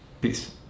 Peace